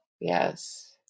Yes